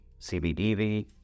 CBDV